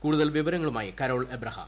കൂടുതൽ വിവരങ്ങളുമായി കരോൾ അബ്രഹാം